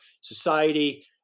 society